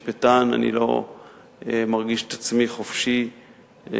כמשפטן אני לא מרגיש את עצמי חופשי לתת